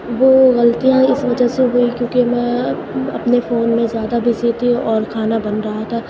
وہ غلطیاں اس وجہ سے ہوئی کیوںکہ میں اپنے فون میں زیادہ بزی تھی اور کھانا بن رہا تھا